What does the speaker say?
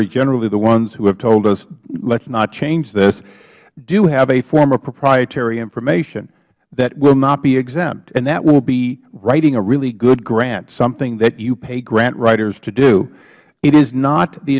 are generally the ones who have told us let us not change this do have a form of proprietary information that will not be exempt and that will be writing a really good grant something that you pay grant writers to do it is not the